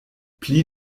pli